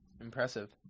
Impressive